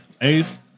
Ace